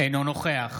אינו נוכח